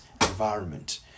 environment